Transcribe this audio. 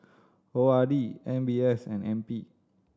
O R D M B S and N P